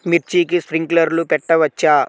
మిర్చికి స్ప్రింక్లర్లు పెట్టవచ్చా?